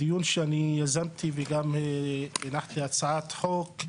הדיון שאני יזמתי וגם הנחתי בעניינו הצעת חוק,